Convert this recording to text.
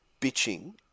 bitching